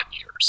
years